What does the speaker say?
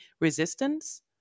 resistance